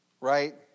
Right